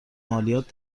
مالیات